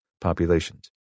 populations